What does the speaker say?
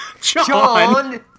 John